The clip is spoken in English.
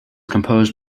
composed